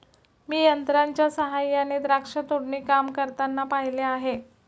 मी यंत्रांच्या सहाय्याने द्राक्ष तोडणी काम करताना पाहिले आहे